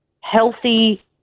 healthy